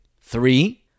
Three